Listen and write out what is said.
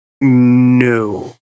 no